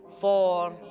four